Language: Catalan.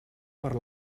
per